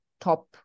top